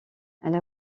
elle